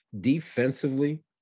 Defensively